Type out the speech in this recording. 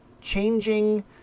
changing